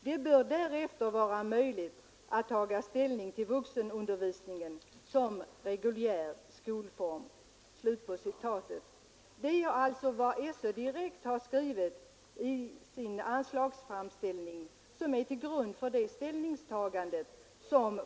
Det bör därefter vara möjligt att taga ställning till vuxenundervisningen som reguljär skolform.” SÖ:s skrivning i anslagsframställningen ligger till grund för utskottets ställningstagande.